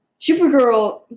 Supergirl